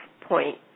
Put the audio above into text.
point